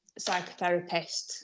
psychotherapist